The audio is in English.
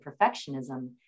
perfectionism